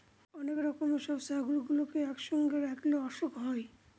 অনেক রকমের সব ছাগলগুলোকে একসঙ্গে রাখলে অসুখ হয়